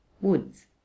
woods